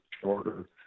shorter